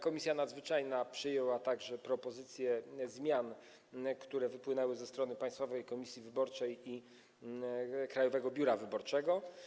Komisja Nadzwyczajna przyjęła także propozycje zmian, które wypłynęły ze strony Państwowej Komisji Wyborczej i Krajowego Biura Wyborczego.